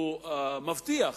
שהוא מבטיח.